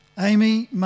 Amy